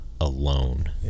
alone